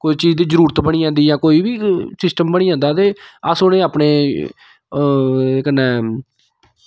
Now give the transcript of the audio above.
कोई चीज़ दी जरूरत बनी जंदी ऐ कोई बी सिस्टम बनी जंदा ते अस उ'नेंगी अपने अ कन्नै